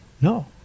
no